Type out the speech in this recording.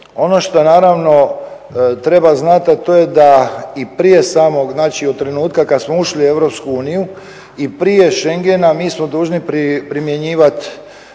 Ono što naravno treba znat, a to je da i prije samog, znači od trenutka kad smo ušli u Europsku uniju i prije Schengena mi smo dužni primjenjivat